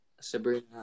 Sabrina